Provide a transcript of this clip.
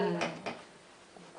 של